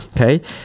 Okay